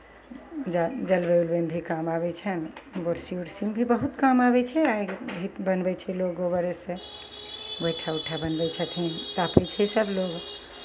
जर जरबय ओरबयमे भी काम आबै छनि गोरसी ऊर्सीमे भी बहुत काम आबै छै दीप बनबै छै लोक गोबरेसँ गोइठा ओइठा बनबै छथिन तापै छै सभलोग